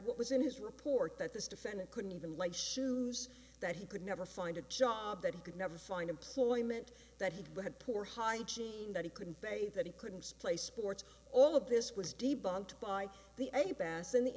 what was in his report that this defendant couldn't even like shoes that he could never find a job that he could never find employment that he had poor hygiene that he couldn't pay that he couldn't play sports all of this was debunked by the